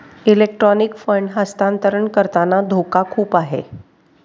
electronic fund हस्तांतरण करताना धोका खूप आहे